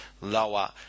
Lower